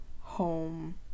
home